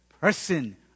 person